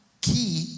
key